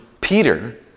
Peter